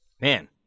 Man